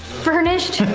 furnished.